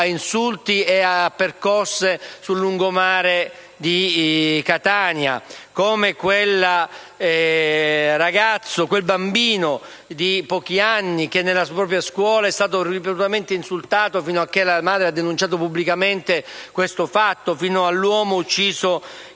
insulti e percosse sul lungomare di Catania; come il caso di quel bambino di pochi anni che nella propria scuola è stato ripetutamente insultato finché la madre ha denunciato pubblicamente il fatto; fino al caso